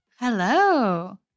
Hello